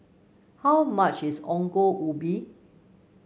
how much is Ongol Ubi